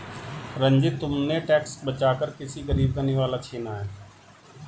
रंजित, तुमने टैक्स बचाकर किसी गरीब का निवाला छीना है